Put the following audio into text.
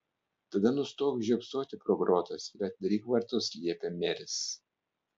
tada nustok žiopsoti pro grotas ir atidaryk vartus liepė meris